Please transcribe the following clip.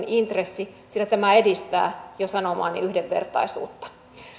intressi sillä tämä edistää jo sanomaani yhdenvertaisuutta